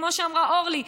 כמו שאמרה אורלי,